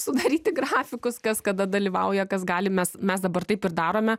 sudaryti grafikus kas kada dalyvauja kas gali mes mes dabar taip ir darome